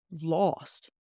lost